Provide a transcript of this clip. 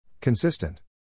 Consistent